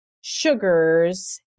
sugars